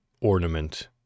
ornament